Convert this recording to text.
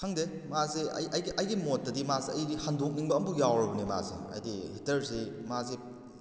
ꯈꯪꯗꯦ ꯃꯥꯁꯦ ꯑꯩ ꯑꯩꯒꯤ ꯑꯩꯒꯤ ꯃꯣꯠꯇꯗꯤ ꯃꯥꯁꯦ ꯑꯩꯗꯤ ꯍꯟꯗꯣꯛꯅꯤꯡꯕ ꯑꯃꯕꯨ ꯌꯥꯎꯔꯕꯅꯤ ꯃꯥꯁꯦ ꯍꯥꯏꯗꯤ ꯍꯤꯇꯔꯁꯦ ꯃꯥꯁꯦ